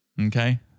Okay